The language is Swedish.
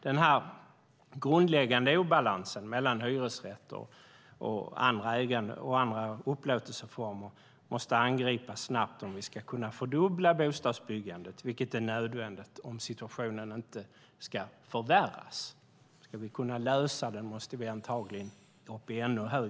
Den grundläggande obalansen mellan hyresrätter och andra upplåtelseformer måste angripas snabbt om vi ska kunna fördubbla bostadsbyggandet, vilket är nödvändigt om situationen inte ska förvärras.